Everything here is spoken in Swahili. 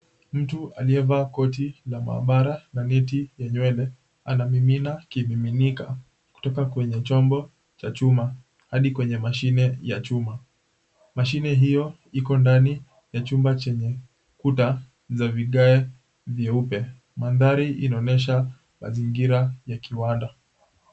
Mtu aliyevaa koti la mahabara na neti ya nywele anamimina kimiminika kutoka kwenye chombo cha chuma hadi kwenye mashine ya chuma. Mashine hio iko ndani ya chumba chenye kuta za vigae vyeupe. Mandhari inaonyesha mazingira ya kiwanda.